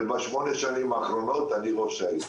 ובשמונה השנים האחרונות כראש עיר.